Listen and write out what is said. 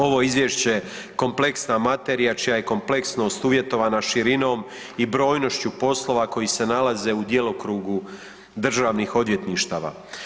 Ovo je izvješće kompleksna materija čija je kompleksnost uvjetovana širinom i brojnošću poslova koji se nalaze u djelokrugu državnih odvjetništava.